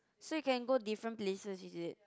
so you can go different places is it